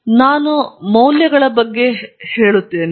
ಅಂತಿಮವಾಗಿ ನಾನು ಮೌಲ್ಯಗಳ ಮೌಲ್ಯದ ಬಗ್ಗೆ ಹೇಳಿಕೆಯೊಂದಿಗೆ ಮುಚ್ಚುತ್ತೇನೆ